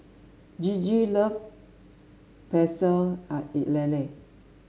Gigi loves Pecel Lele